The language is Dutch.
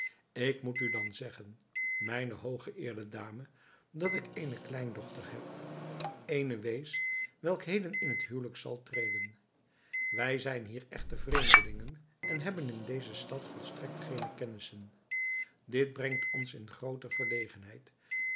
ik moet u dan zeggen mijne hooggeëerde dame dat ik eene kleindochter heb eene wees welke heden in het huwelijk zal treden wij zijn hier echter vreemdelingen en hebben in deze stad volstrekt geene kennissen dit brengt ons in groote